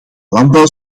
landbouw